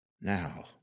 Now